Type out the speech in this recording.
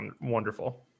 wonderful